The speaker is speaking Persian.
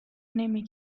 نمی